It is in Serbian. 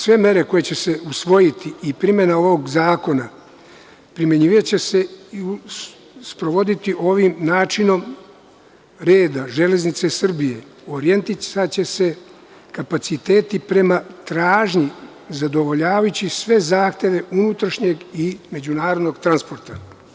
Sve mere koje će se usvojiti i primene ovog zakona, primenjivaće se i sprovoditi ovim načinom reda „Železnice Srbije“, orijentisaće se kapaciteti prema tražnji, zadovoljavajući sve zahteve unutrašnjeg i međunarodnog transporta.